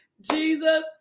Jesus